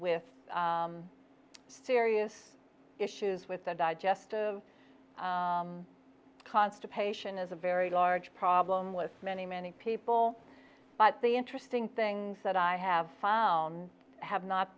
with serious issues with the digestive constipation is a very large problem with many many people but the interesting things that i have found have not